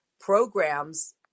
programs